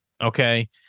Okay